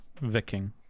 Viking